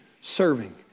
serving